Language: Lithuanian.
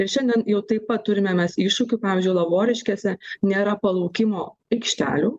ir šiandien jau taip pat turime mes iššūkių pavyzdžiui lavoriškėse nėra palaukimo aikštelių